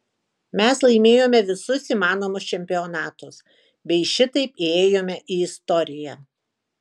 mes laimėjome visus įmanomus čempionatus bei šitaip įėjome į istoriją